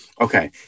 Okay